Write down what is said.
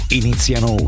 iniziano